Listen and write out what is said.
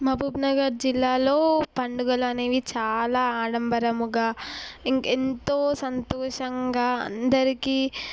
మహబూబ్నగర్ జిల్లాలో పండుగలు అనేవి చాలా ఆడంబరముగా ఇంకెంతో సంతోషంగా అందరికీ